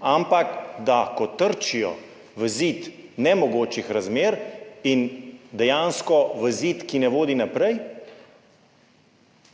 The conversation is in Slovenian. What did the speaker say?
ampak da ko trčijo v zid nemogočih razmer in dejansko v zid, ki ne vodi naprej,